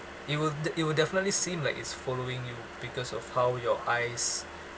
it will de~ it will definitely seem like it's following you because of how your eyes